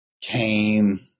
Came